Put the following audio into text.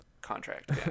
contract